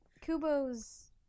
Kubo's